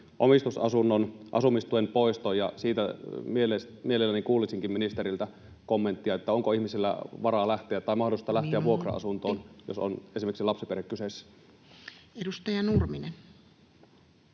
omistusasunnon asumistuen poiston. Siitä mielelläni kuulisinkin ministeriltä kommenttia, että onko ihmisillä varaa tai mahdollisuutta [Puhemies: Minuutti!] lähteä vuokra-asuntoon, jos on esimerkiksi lapsiperhe kyseessä. — Edustaja Nurminen.